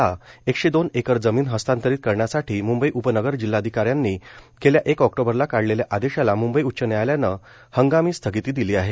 ला एकशेदोन एकर जमीन हस्तांतरित करण्यासाठी मुंबई उपनगर जिल्हाधिकाऱ्यांनी गेल्या एक ऑक्टोबरला काढलेल्या आदेशाला मुंबई उच्च न्यायालयानं हंगामी स्थगिती दिली आहे